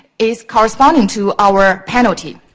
is corresponding to our penalty.